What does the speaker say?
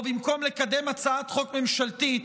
או במקום לקדם הצעת חוק ממשלתית,